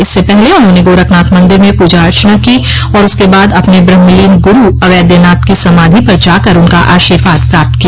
इससे पहले उन्होंने गोरखनाथ मंदिर में पूजा अर्चना की और उसके बाद अपने ब्रह्मलीन गुरू अवैधनाथ की समाधि पर जाकर उनका आशीर्वाद प्राप्त किया